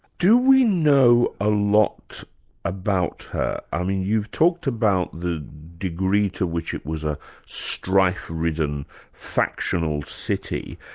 do we know a lot about her? i mean you've talked about the degree to which it was a strife-riven factional city,